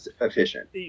efficient